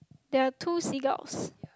there are two seagulls